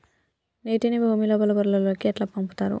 నీటిని భుమి లోపలి పొరలలోకి ఎట్లా పంపుతరు?